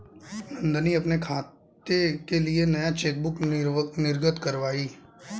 नंदनी अपने खाते के लिए नया चेकबुक निर्गत कारवाई